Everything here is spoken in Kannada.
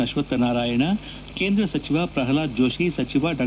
ಅಶ್ವಥ್ನಾರಾಯಣ ಕೇಂದ್ರ ಸಚಿವ ಪ್ರಲ್ವಾದ್ ಜೋತಿ ಸಚಿವ ಡಾ